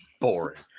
boring